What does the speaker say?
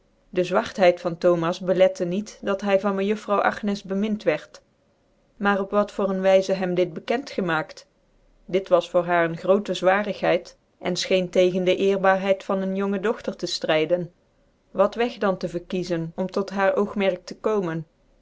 de zwartheid van thomas oclcttc niet dat hy van mejuffrouw agncs bemind wierd maar op wat voor eenwyzc hem dit bekent gemaakt dit was voor haar een grootc zwarigheid cn fchecn tegen de eerbaarheid van een lone dogter te ftryden wat weg dan t'c verkiezen om tot haar oogmerk tc komen